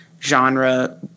genre